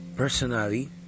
Personally